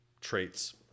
traits